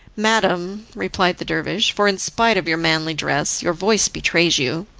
madam, replied the dervish, for in spite of your manly dress your voice betrays you,